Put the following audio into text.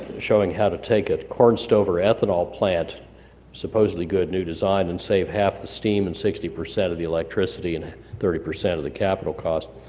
showing how to take a corn stove or ethanol plant supposedly good new design, and save half the steam and sixty percent of the electricity, and thirty percent of the capital cost.